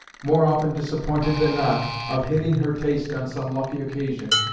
more often disappointed than not, of hitting her taste on some lucky occasion,